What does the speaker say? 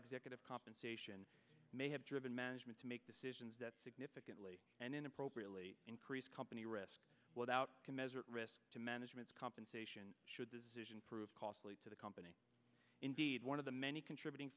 executive compensation may have driven management to make decisions that significantly and inappropriately increase company risk without can measure risk to management's compensation should decision prove costly to the company indeed one of the many contributing